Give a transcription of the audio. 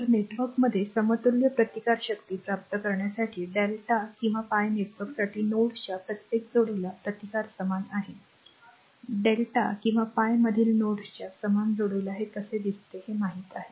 तर नेटवर्कमध्ये समतुल्य प्रतिकारशक्ती प्राप्त करण्यासाठी lrmΔकिंवा pi नेटवर्कमधील नोड्सच्या प्रत्येक जोडीचा प्रतिकार समान आहे Δ किंवा pi मधील नोड्सच्या समान जोडीला ते कसे दिसते हे माहित आहे